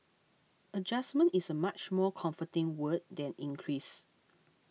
adjustment is a much more comforting word than increase